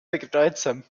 bedeutsam